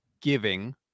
giving